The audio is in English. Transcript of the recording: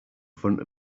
front